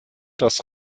das